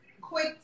Quick